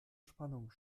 spannung